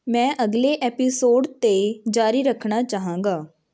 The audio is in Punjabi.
ਮੈਂ ਅਗਲੇ ਐਪੀਸੋਡ 'ਤੇ ਜਾਰੀ ਰੱਖਣਾ ਚਾਹਾਂਗਾ